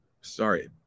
sorry